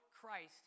Christ